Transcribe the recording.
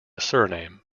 surname